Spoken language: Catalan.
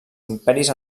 imperis